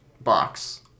box